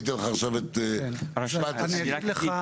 ועכשיו אתן לך לומר את משפט הסיום.